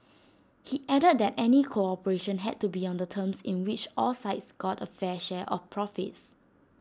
he added that any cooperation had to be on terms in which all sides got A fair share of profits